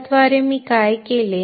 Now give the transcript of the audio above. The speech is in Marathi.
याद्वारे मी काय केले